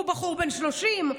והוא בחור בן 30,